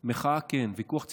מחאה, כן, ויכוח ציבורי,